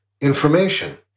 information